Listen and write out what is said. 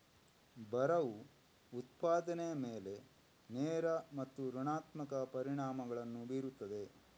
ಬರವು ಉತ್ಪಾದನೆಯ ಮೇಲೆ ನೇರ ಮತ್ತು ಋಣಾತ್ಮಕ ಪರಿಣಾಮಗಳನ್ನು ಬೀರುತ್ತದೆ